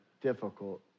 difficult